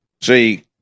see